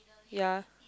ya